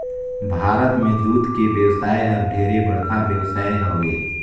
भारत में दूद के बेवसाय हर ढेरे बड़खा बेवसाय हवे